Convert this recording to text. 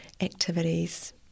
activities